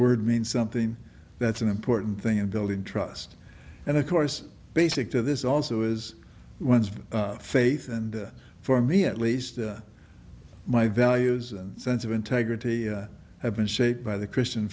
word means something that's an important thing in building trust and of course basic to this also is ones faith and for me at least my values and sense of integrity have been shaped by the christian